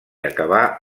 acabà